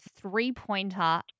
three-pointer